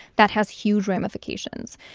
that has huge ramifications.